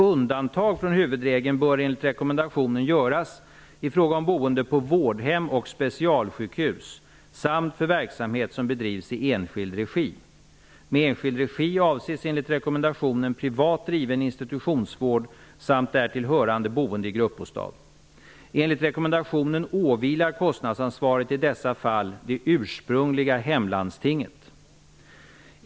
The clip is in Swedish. Undantag från huvudregeln bör enligt rekommendationen göras i fråga om boende på vårdhem och specialsjukhus samt för verksamhet som bedrivs i enskild regi. Med enskild regi avses enligt rekommendationen privat driven institutionsvård samt därtill hörande boende i gruppbostad. Enligt rekommendationen åvilar kostnadsansvaret i dessa fall det ''ursprungliga hemlandstinget''.